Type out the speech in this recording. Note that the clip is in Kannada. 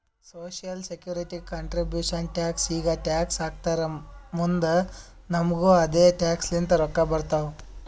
ಸೋಶಿಯಲ್ ಸೆಕ್ಯೂರಿಟಿ ಕಂಟ್ರಿಬ್ಯೂಷನ್ ಟ್ಯಾಕ್ಸ್ ಈಗ ಟ್ಯಾಕ್ಸ್ ಹಾಕ್ತಾರ್ ಮುಂದ್ ನಮುಗು ಅದೆ ಟ್ಯಾಕ್ಸ್ ಲಿಂತ ರೊಕ್ಕಾ ಬರ್ತಾವ್